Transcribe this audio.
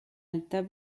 alta